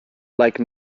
like